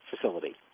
facility